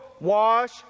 wash